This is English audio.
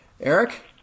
eric